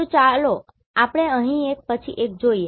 તો ચાલો આપણે અહીં એક પછી એક જોઈએ